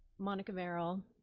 monica merrill,